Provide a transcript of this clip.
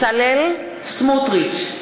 בצלאל סמוטריץ,